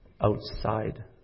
outside